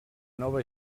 nova